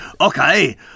okay